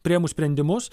priėmus sprendimus